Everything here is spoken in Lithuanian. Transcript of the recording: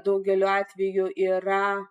daugeliu atvejų yra